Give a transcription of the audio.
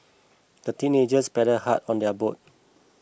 the teenagers paddled hard on their boat